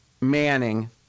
Manning